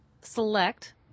select